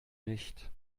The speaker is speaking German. nicht